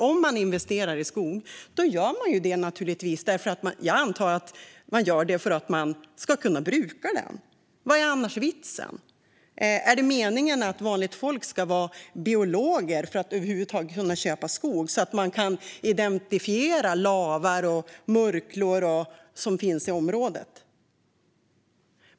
Om man investerar i skog gör man det, antar jag, för att man ska kunna bruka den. Vad är annars vitsen? Är det meningen att vanligt folk ska vara biologer för att över huvud taget kunna köpa skog, så att man kan identifiera lavar och murklor som finns i området?